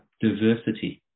diversity